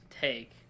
take